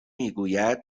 میگوید